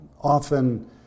often